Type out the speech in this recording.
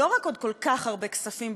לא רק עוד כל כך הרבה כספים,